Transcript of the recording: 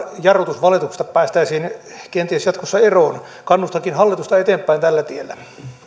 jarrutusvalituksista päästäisin kenties jatkossa eroon kannustankin hallitusta eteenpäin tällä tiellä